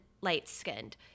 light-skinned